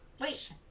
Wait